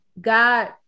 God